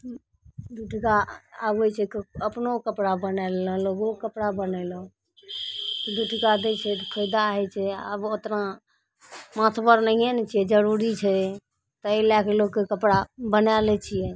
दू टाका आबय छै अपनो कपड़ा बनाय लेलहुँ लोगोके कपड़ा बनैलहुँ तऽ दू टाका दै छै तऽ फायदा होइ छै आब ओतना महतबर नहिये ने छियै जरूरी छै तै लएके लोकके कपड़ा बनाय लै छियै